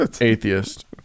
atheist